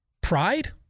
pride